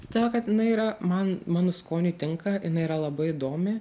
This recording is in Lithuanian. todėl kad jinai yra man mano skoniui tinka jinai yra labai įdomi